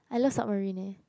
I love submarine eh